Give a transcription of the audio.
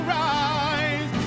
rise